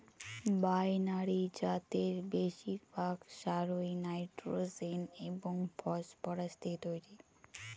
binary জাতের বেশিরভাগ সারই নাইট্রোজেন এবং ফসফরাস দিয়ে তৈরি